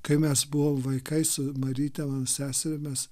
kai mes buvom vaikai su maryte mano sese mes